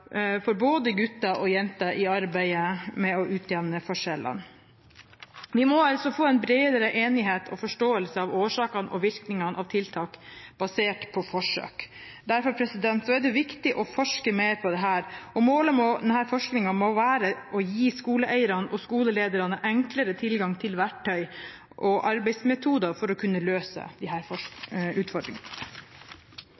for både gutter og jenter i arbeidet med å utjevne forskjellene. Vi må altså få en bredere enighet om og forståelse av årsakene og virkningene av tiltak basert på forsøk. Derfor er det viktig å forske mer på dette, og målet med denne forskningen må være å gi skoleeierne og skolelederne enklere tilgang til verktøy og arbeidsmetoder for å kunne løse disse utfordringene.